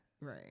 right